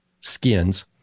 skins